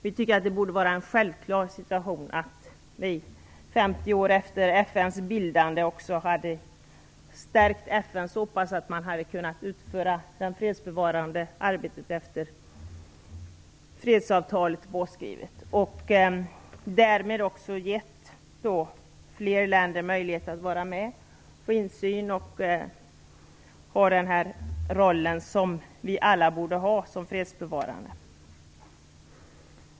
Vi tycker att det borde vara en självklarhet att FN, 50 år efter dess bildande, hade stärkts så pass mycket att man hade kunnat utföra det fredsbevarande arbetet efter det att fredsavtalet är påskrivet. Därmed hade fler länder fått möjlighet att vara med, att få insyn och att ha den fredsbevarande roll som alla borde ha. Herr talman!